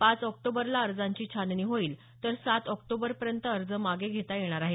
पाच ऑक्टोबरला अर्जांची छाननी होईल तर सात ऑक्टोबरपर्यंत अर्ज मागे घेता येणार आहेत